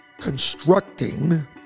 Constructing